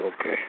okay